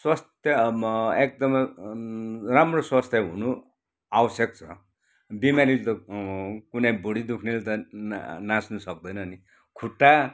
स्वास्थ्य अम्ब एकदमै राम्रो स्वास्थ्य हुनु आवश्यक छ बिमारी कुनै भँडी दुख्नेले नाच्नु सक्दैन नि खुट्टा